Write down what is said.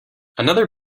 another